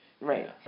Right